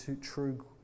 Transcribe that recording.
true